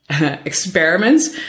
experiments